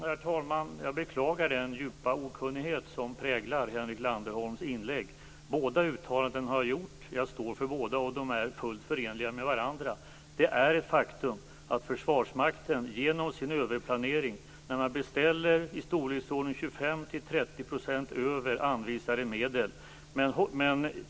Herr talman! Jag beklagar den djupa okunnighet som präglar Henrik Landerholms inlägg. Bägge uttalandena har gjorts, och jag står för dem båda. De är fullt förenliga med varandra. Det är ett faktum att Försvarsmakten överplanerat genom att beställa i storleksordningen 25-30 % över anvisade medel.